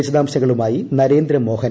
വിശദാംശങ്ങളുമായി നരേന്ദ്ര മോഹൻ